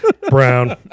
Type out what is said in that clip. Brown